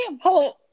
Hello